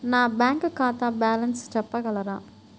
నా బ్యాంక్ ఖాతా బ్యాలెన్స్ చెప్పగలరా?